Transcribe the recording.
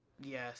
yes